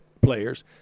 players